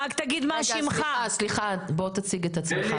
רגע, סליחה, בוא תציג את עצמך.